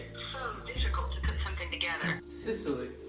difficult to put something together. sicily?